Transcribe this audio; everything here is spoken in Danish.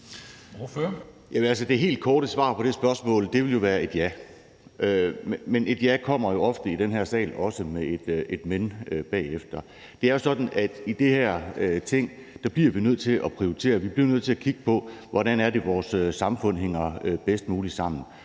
Det helt korte svar på det spørgsmål vil jo være et ja, men et ja kommer i den her sal ofte også med et men bagefter. Det er jo sådan i det her Ting, at vi bliver nødt til at prioritere; vi bliver nødt til at kigge på, hvordan det er, at vores samfund hænger bedst muligt sammen.